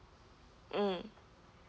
mm